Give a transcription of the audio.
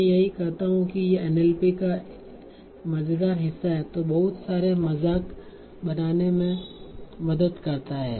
मैं यही कहता हूं कि यह NLP का मज़ेदार हिस्सा है जो बहुत सारे मजाक बनाने में मदद करता है